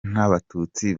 n’abatutsi